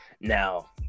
Now